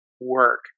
work